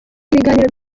ibiganiro